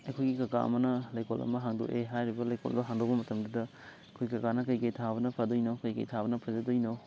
ꯑꯩꯈꯣꯏꯒꯤ ꯀꯀꯥ ꯑꯃꯅ ꯂꯩꯀꯣꯜ ꯑꯃ ꯍꯥꯡꯗꯣꯛꯑꯦ ꯍꯥꯏꯔꯤꯕ ꯂꯩꯀꯣꯜꯗꯣ ꯍꯥꯡꯗꯣꯛꯄ ꯃꯇꯝꯗꯨꯗ ꯑꯩꯈꯣꯏ ꯀꯀꯥꯅ ꯀꯩꯀꯩ ꯊꯥꯕꯅ ꯐꯗꯣꯏꯅꯣ ꯀꯩꯀꯩ ꯊꯥꯕꯅ ꯐꯖꯗꯣꯏꯅꯣ